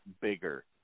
bigger